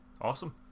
Awesome